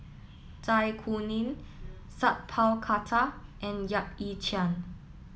Zai Kuning Sat Pal Khattar and Yap Ee Chian